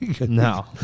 No